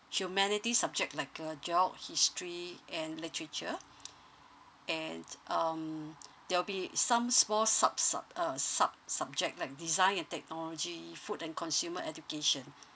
humanity subject like a job history and literature and um there will be some small sub sub uh sub subject like design and technology food and consumer education